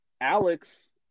Alex